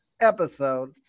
episode